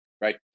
right